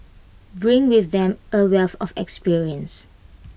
bring with them A wealth of experience